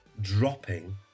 dropping